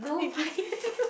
you give